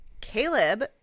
Caleb